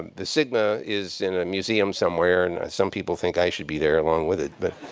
the sigma is in a museum somewhere. and some people think i should be there along with it.